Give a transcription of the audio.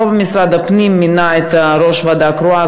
לא משרד הפנים מינה את ראש הוועדה הקרואה,